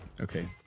Okay